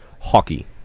hockey